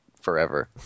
forever